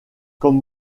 comme